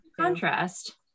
Contrast